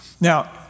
Now